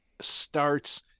starts